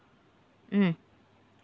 mm